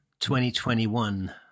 2021